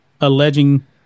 alleging